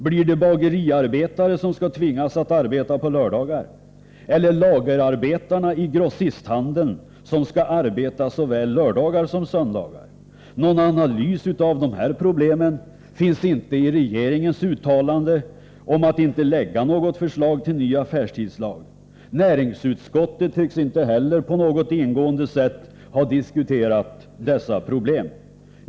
Blir det bageriarbetare som skall tvingas att arbeta på lördagar eller lagerarbetarna i grossisthandeln som skall arbeta såväl lördagar som söndagar? Någon analys av dessa problem finns inte med i regeringens uttalande om att inte lägga fram något förslag till ny affärstidslag. Näringsutskottet tycks inte heller på något ingående sätt ha diskuterat dessa problem.